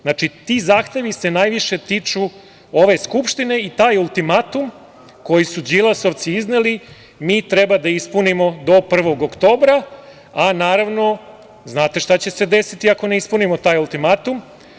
Znači, ti zahtevi se najviše tiču ove Skupštine i taj ultimatum koji su Đilasovci izneli mi treba da ispunimo do 1. oktobra, a znate šta će se desiti ako ne ispunimo taj ultimatum?